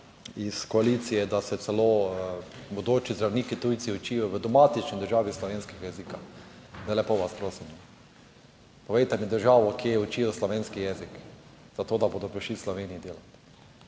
iz koalicije, da se celo bodoči zdravniki tujci učijo v domatični državi slovenskega jezika. Zdaj, lepo vas prosim, no. Povejte mi državo, kje učijo slovenski jezik zato, da bodo prišli v Sloveniji delati.